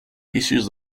issues